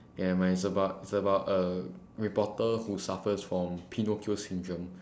never mind it's about it's about a reporter who suffers from pinocchio syndrome